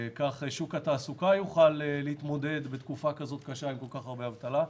כך שוק התעסוקה יוכל להתמודד בתקופת כזאת קשה עם כל כך הרבה אבטלה.